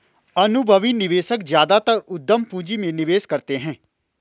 अनुभवी निवेशक ज्यादातर उद्यम पूंजी में निवेश करते हैं